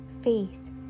Faith